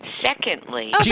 Secondly